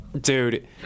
Dude